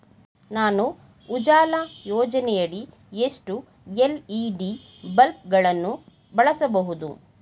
ನಾನು ಉಜಾಲ ಯೋಜನೆಯಡಿ ಎಷ್ಟು ಎಲ್.ಇ.ಡಿ ಬಲ್ಬ್ ಗಳನ್ನು ಬಳಸಬಹುದು?